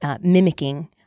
Mimicking